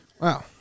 Wow